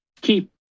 keep